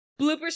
Bloopers